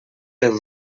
del